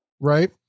Right